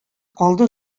калды